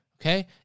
Okay